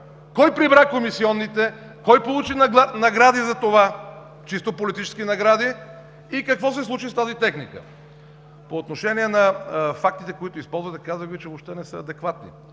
кой прибра комисионните, кой получи награди за това – чисто политически награди, и какво се случи с тази техника? По отношение на фактите, които използвате. Казах Ви, че въобще не са адекватни.